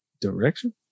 Direction